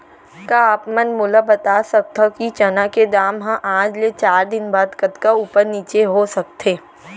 का आप मन मोला बता सकथव कि चना के दाम हा आज ले चार दिन बाद कतका ऊपर नीचे हो सकथे?